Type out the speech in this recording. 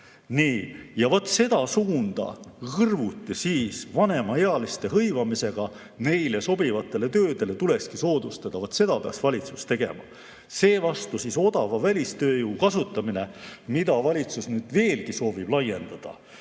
Nii. Ja vaat seda suunda kõrvuti vanemaealiste hõivamisega neile sobivatele töödele tulekski soodustada, vaat seda peaks valitsus tegema. Seevastu odava välistööjõu kasutamine, mida valitsus nüüd veelgi soovib laiendada,